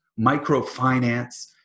microfinance